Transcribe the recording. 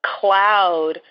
cloud